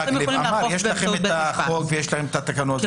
ואתם יכולים לאכוף באמצעות בית משפט.